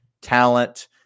talent